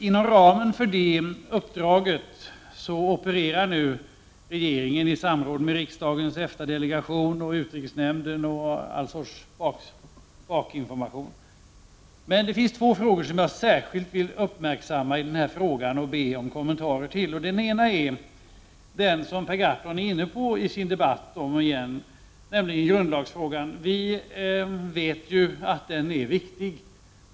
Inom ramen för det uppdraget opererar nu regeringen i samråd med riksdagens EFTA-delegation och utrikesnämnden och med allsköns bakgrundsinformation. I detta sammanhang vill jag särskilt uppmärksamma två frågeställningar. Den ena gäller det som Per Gahrton var inne på, nämligen grundlagsfrågan. Vi vet att den är viktig.